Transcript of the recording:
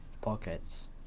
pockets